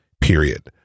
period